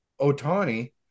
Otani